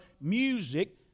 music